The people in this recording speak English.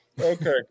Okay